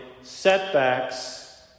setbacks